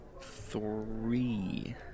Three